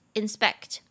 inspect